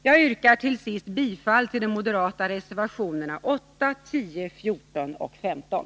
Jag yrkar till sist bifall till de moderata reservationerna 8, 10, 14 och 15.